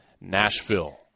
Nashville